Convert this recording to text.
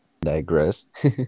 Digress